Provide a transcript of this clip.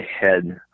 head